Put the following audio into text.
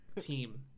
team